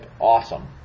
awesome